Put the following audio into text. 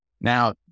Now